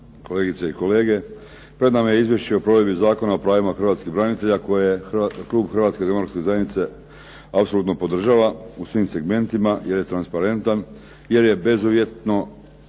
kolegice i kolege. Pred nama je Izvješće o provedbi Zakona o pravima hrvatskih branitelja koje klub Hrvatske demokratske zajednice apsolutno podržava u svim segmentima jer je transparentan, jer je bezuvjetna